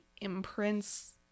imprints